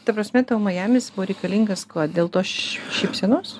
ta prasme majamis buvo reikalingas kuo dėl tos šypsenos